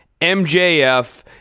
MJF